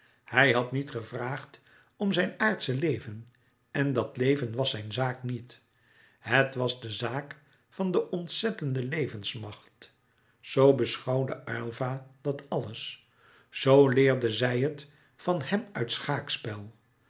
hij had niet gevraagd om zijn aardsche leven en dat leven was zijn zaak niet het was de zaak van de ontzettende levensmacht zoo beschouwde aylva dat alles zoo leerde zij het van hem uit schaakspel